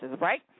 right